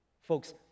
Folks